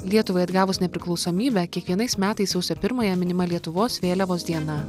lietuvai atgavus nepriklausomybę kiekvienais metais sausio pirmąją minima lietuvos vėliavos diena